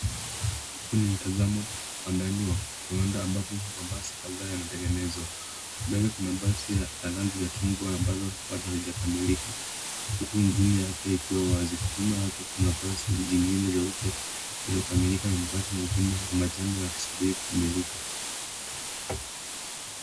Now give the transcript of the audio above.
Huu ni mtazamo wa ndani wa kiwanda ambapo mabasi kadhaa yanatengenezwa. Mbele kuna basi ya rangi la chungwa ambalo bado halijakamilika huku injini yake ikiwa wazi. Nyuma yake kuna basi jingine jeupe lililokamilika na basi mengine ya manjano yakisubiri kukamilika.